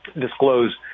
disclose